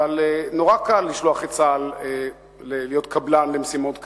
אבל נורא קל לשלוח את צה"ל להיות קבלן למשימות כאלה,